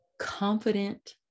confident